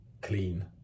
clean